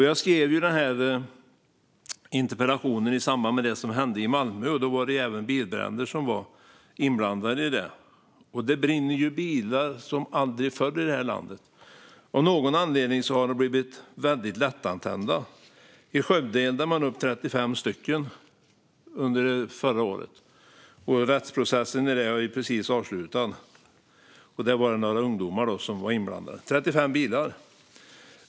Jag skrev interpellationen i samband med det som hände i Malmö. Det var även bilbränder inblandade i det. Det brinner bilar som aldrig förr i det här landet. Av någon anledning har de blivit väldigt lättantändliga. I Skövde eldade man upp 35 bilar under förra året. Rättsprocessen om det är precis avslutad. Där var det några ungdomar som var inblandade. Det var 35 bilar.